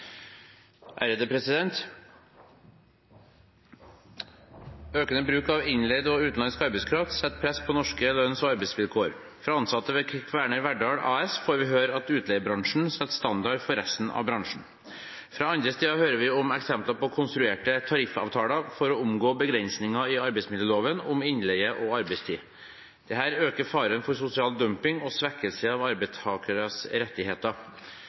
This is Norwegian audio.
arbeidsvilkår. Fra ansatte ved Kværner Verdal AS får vi høre at utleiebransjen setter standarden for resten av bransjen. Fra andre steder hører vi om eksempler på konstruerte «tariffavtaler» for å omgå begrensninger i arbeidsmiljøloven om innleie og arbeidstid. Dette øker faren for sosial dumping og svekkelse av arbeidstakeres rettigheter.